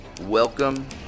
Welcome